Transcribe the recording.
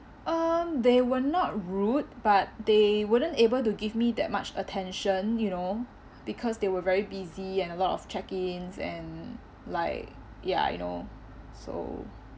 um they were not rude but they wouldn't able to give me that much attention you know because they were very busy and a lot of check ins and like ya you know ya so